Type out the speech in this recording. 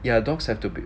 ya dogs have to be